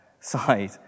side